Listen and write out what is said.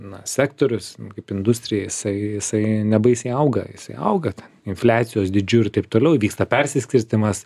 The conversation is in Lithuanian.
na sektorius kaip industrija jisai jisai nebaisiai auga jisai auga ten infliacijos dydžiu ir taip toliau vyksta persiskirstymas